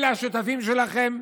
אלה השותפים שלכם,